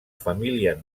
família